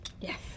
Yes